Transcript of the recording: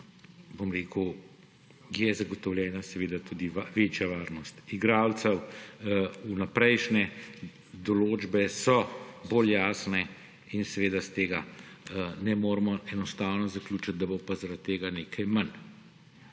tega je zagotovljena tudi večja varnost igralcev, vnaprejšnje določbe so bolj jasne in iz tega ne moremo enostavno zaključiti, da bo pa zaradi tega nekaj manj.